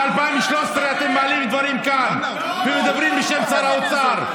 בושה שאתם מעלים כאן דברים מ-2013,